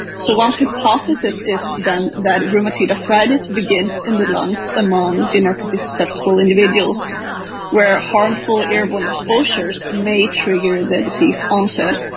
so one hypothesis is then that rheumatoid arthritis begins in the lungs among genetically susceptible individuals where harmful airborne exposures may trigger the disease onset.